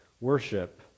Worship